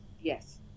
Yes